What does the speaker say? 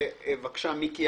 מיקי,